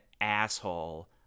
asshole